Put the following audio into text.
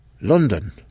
London